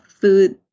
food